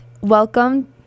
welcome